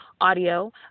audio